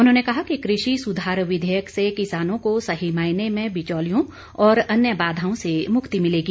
उन्होंने कहा कि कृषि सुधार विधेयक से किसानों को सही मायने में बिचौलियों और अन्य बाधाओं से मुक्ति मिलेगी